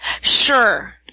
Sure